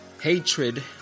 hatred